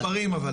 מספרים אבל.